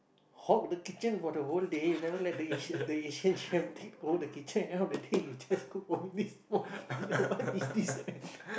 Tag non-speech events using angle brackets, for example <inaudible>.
hog the kitchen for the whole day you never let the Asian the Asian chef take over the kitchen at the end of the day you just cook for me this small portion what is this <laughs>